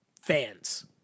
fans